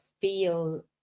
feel